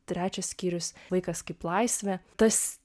trečias skyrius vaikas kaip laisvė tas